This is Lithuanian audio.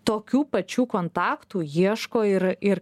tokių pačių kontaktų ieško ir ir